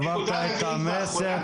העברת את המסר.